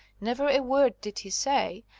never a word did he say,